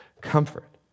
comfort